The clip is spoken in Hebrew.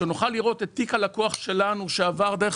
שנוכל לראות את תיק הלקוח שלנו שעבר דרך